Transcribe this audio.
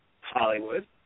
Hollywood